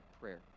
prayer